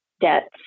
debts